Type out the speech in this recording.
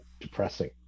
depressing